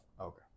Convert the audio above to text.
Okay